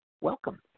Welcome